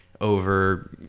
over